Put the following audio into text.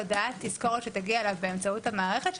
הודעת תזכורת שתגיע אליו באמצעות המערכת,